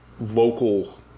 local